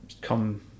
come